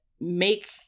make